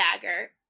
Dagger